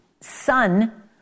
son